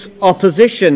Opposition